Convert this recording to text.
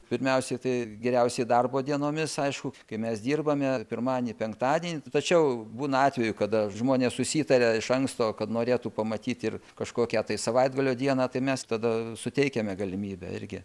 pirmiausiai tai geriausiai darbo dienomis aišku kai mes dirbame pirmadienį penktadienį tačiau būna atvejų kada žmonės susitaria iš anksto kad norėtų pamatyti ir kažkokią tai savaitgalio dieną tai mes tada suteikiame galimybę irgi